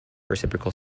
reciprocal